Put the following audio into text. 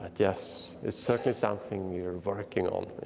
yes, it's certainly something we're working on,